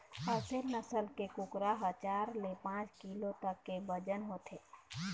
असेल नसल के कुकरा ह चार ले पाँच किलो तक के बजन होथे